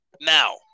now